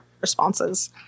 responses